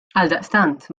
għaldaqstant